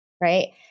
right